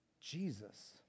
Jesus